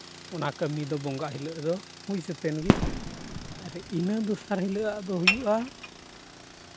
ᱚᱱᱟ ᱠᱟᱹᱢᱤ ᱫᱚ ᱵᱚᱸᱜᱟ ᱦᱤᱞᱳᱜ ᱫᱚ ᱦᱩᱭ ᱥᱟᱹᱛᱮᱱ ᱜᱮ ᱟᱨ ᱤᱱᱟᱹ ᱫᱚᱥᱟᱨ ᱦᱤᱞᱳᱜᱟᱜ ᱫᱚ ᱦᱩᱭᱩᱜᱼᱟ